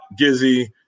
Gizzy